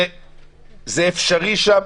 זה אפשרי שם.